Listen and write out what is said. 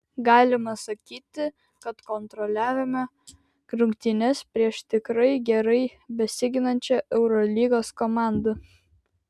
galima sakyti kad kontroliavome rungtynes prieš tikrai gerai besiginančią eurolygos komandą